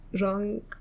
wrong